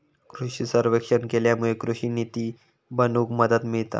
कृषि सर्वेक्षण केल्यामुळे कृषि निती बनवूक मदत मिळता